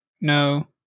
No